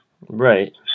Right